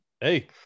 Hey